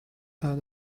add